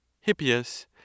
Hippias